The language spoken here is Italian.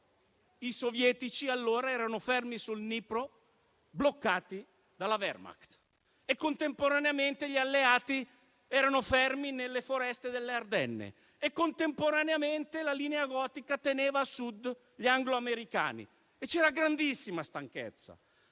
i sovietici allora erano fermi sul Dnipro, bloccati dalla Wermacht e contemporaneamente gli Alleati erano fermi nelle foreste delle Ardenne e la linea gotica teneva a Sud gli angloamericani. C'era grandissima stanchezza,